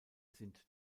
sind